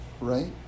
Right